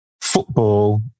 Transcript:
football